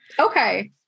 Okay